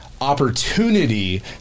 opportunity